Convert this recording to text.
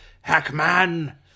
Hackman